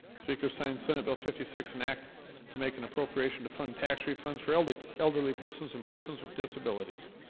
speakers signed senate bill fifty six an act to make an appropriation to fund tax refunds for elderly elderly persons and persons with disabilities